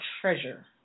treasure